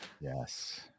Yes